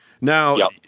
Now